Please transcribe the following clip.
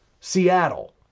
Seattle